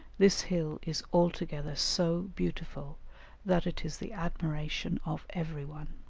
this hill is altogether so beautiful that it is the admiration of every one.